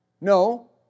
No